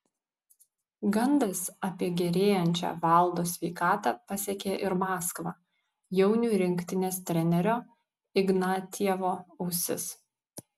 gandas apie gerėjančią valdo sveikatą pasiekė ir maskvą jaunių rinktinės trenerio ignatjevo ausis